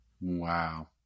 Wow